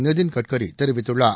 நிதின் கட்கரி தெரிவித்துள்ளார்